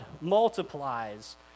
multiplies